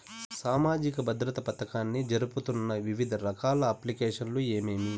సామాజిక భద్రత పథకాన్ని జరుపుతున్న వివిధ రకాల అప్లికేషన్లు ఏమేమి?